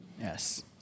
Yes